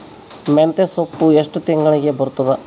ಮೆಂತ್ಯ ಸೊಪ್ಪು ಎಷ್ಟು ತಿಂಗಳಿಗೆ ಬರುತ್ತದ?